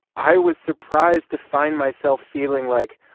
i was surprised to find myself feeling like,